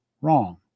Wrong